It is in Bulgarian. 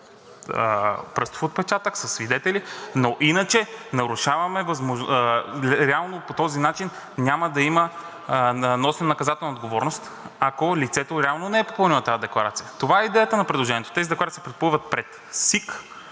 пръстов отпечатък, със свидетели, но иначе нарушаваме – реално по този начин няма да има носене на наказателна отговорност, ако лицето реално не е попълнило тази декларация. Това е идеята на предложението. Тези декларации се попълват пред СИК,